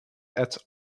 add